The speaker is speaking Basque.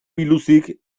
biluzik